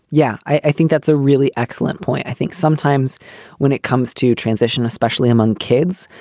yeah. i think that's a really excellent point. i think sometimes when it comes to transition, especially among kids,